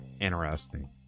interesting